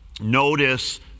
notice